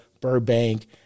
Burbank